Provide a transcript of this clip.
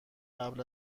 قبل